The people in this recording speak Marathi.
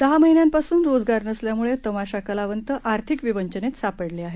दहा महिन्यांपासून रोजगार नसल्यामुळे तमाशा कलावंत आर्थिक विवंचनेत सापडले आहे